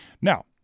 Now